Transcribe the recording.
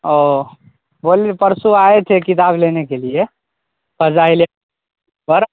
او بولیے پرسو آئے تھے کتاب لینے کے لیے فضائل پر